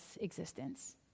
existence